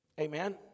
Amen